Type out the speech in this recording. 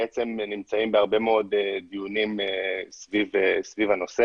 נמצאים בהרבה מאוד דיונים סביב הנושא